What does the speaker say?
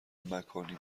مکانی